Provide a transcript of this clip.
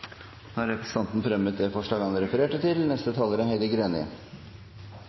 Da har representanten Heidi Greni